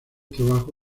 trabajo